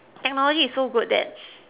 technology is so good that